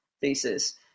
thesis